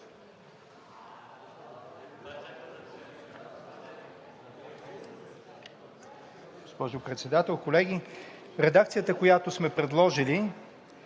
Госпожо Председател, колеги! Редакцията, която сме предложили,